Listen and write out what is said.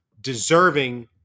deserving